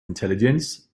intelligence